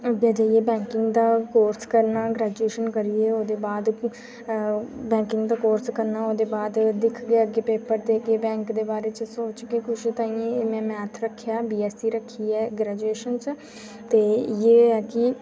अग्गें जाइयै बैकिंग दा कोर्स करना ग्रैजुएशन करियै ओह्दे बाद भी बैकिंग दा कोर्स करना ओह्दे बाद दिक्खगे अग्गें पेपर देगे बैंक दे बारै च सोचगे कुछ ताइयैं में मैथ रक्खेआ बीऐस्ससी रक्खी ऐ ग्रैजुएशन च ते इ'यै ऐ कि